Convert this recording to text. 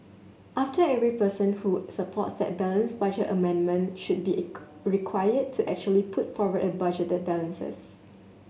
after every person who supports the balanced budget amendment should be required to actually put forward a budget that balances